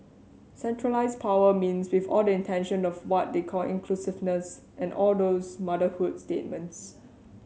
centralised power means with all the intention of what they call inclusiveness and all those motherhood statements